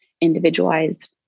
individualized